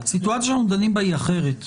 הסיטואציה שאנחנו דנים בה היא אחרת.